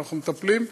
אנחנו מטפלים.